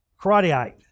karateite